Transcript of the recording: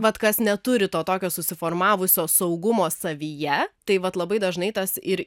vat kas neturi to tokio susiformavusio saugumo savyje tai vat labai dažnai tas ir